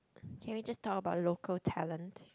can we just talk about local talent